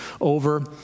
over